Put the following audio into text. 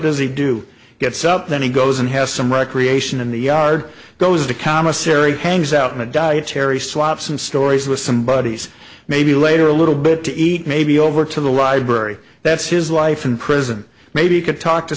does he do gets up then he goes and has some recreation in the yard goes the commissary hangs out in the dietary swaps and stories with some buddies maybe later a little bit to eat maybe over to the library that's his life in prison maybe he could talk to